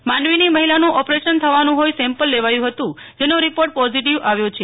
માંડવીની મહિલાનું ઓપરેશન થવાનું હોઈ સેમ્પલ લેવાયુ હતું જેનો રીપોર્ટ પોઝીટીવ આવ્યો છે